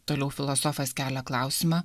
toliau filosofas kelia klausimą